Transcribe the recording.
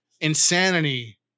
insanity